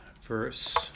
verse